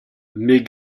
mes